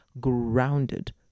grounded